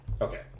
Okay